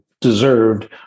deserved